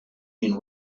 been